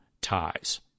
ties